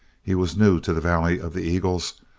he was new to the valley of the eagles,